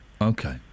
Okay